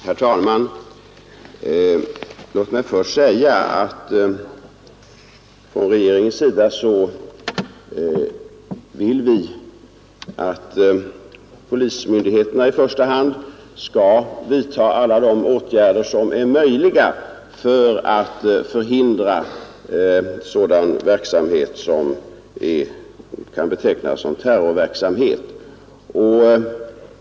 Herr talman! Låt mig först säga att regeringens inställning är att polismyndigheterna skall vidta alla de åtgärder som är möjliga för att förhindra sådan verksamhet som kan betecknas som terrorverksamhet.